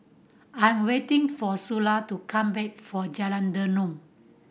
I'm waiting for Sula to come back for Jalan Derum